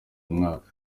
mwaka